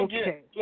Okay